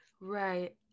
Right